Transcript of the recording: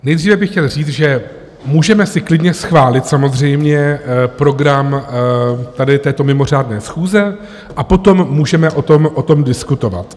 Nejdříve bych chtěl říct, že si můžeme klidně schválit samozřejmě program tady této mimořádné schůze a potom můžeme o tom diskutovat.